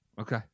Okay